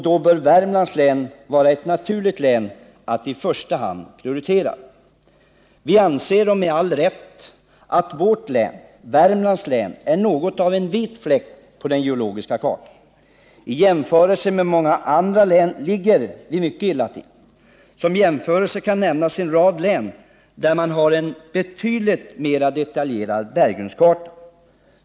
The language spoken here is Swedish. Då bör det vara naturligt att i första hand prioritera Värmlands län. Vi anser —- och med all rätt — att Värmlands län är något av en vit fläck på den geologiska kartan. I jämförelse med många andra län ligger vi mycket illa till. Jag kan nämna en rad län där man har en betydligt mera detaljerad berggrundskarta.